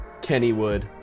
Kennywood